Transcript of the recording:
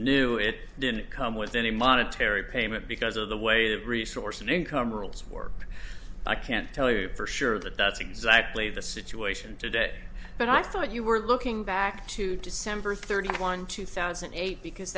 knew it didn't come with any monetary payment because of the way of resource and income rules worked i can't tell you for sure that that's exactly the situation today but i thought you were looking back to december thirty one two thousand and eight because